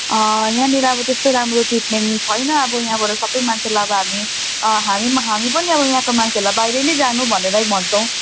यहाँनिर अब त्यस्तो राम्रो ट्रिटमेन्ट छैन अब यहाँबाट सबै मान्छेलाई अब हामी हामी पनि हामी पनि अब यहाँको मान्छेहरूलाई बाहिर नै जानु भनेरै भन्छौँ